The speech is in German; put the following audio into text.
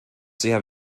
sehr